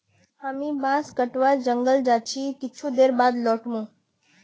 हामी बांस कटवा जंगल जा छि कुछू देर बाद लौट मु